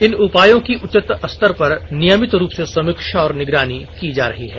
इन उपायों की उच्चस्तर पर नियमित रूप से समीक्षा और निगरानी की जा रही है